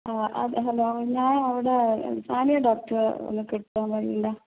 ആ ഹലോ ഞാൻ അവിടെ ഫാമിയ ഡോക്ടറെ ഒന്ന് കിട്ടാൻ വഴി ഉണ്ടോ